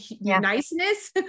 niceness